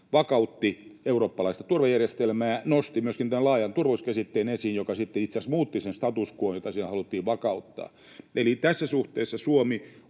vakautti eurooppalaista turvajärjestelmää, nosti myöskin esiin tämän laajan turvallisuuskäsitteen, joka sitten itse asiassa muutti sen status quon, jota sillä haluttiin vakauttaa. Tässä suhteessa Suomi